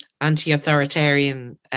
anti-authoritarian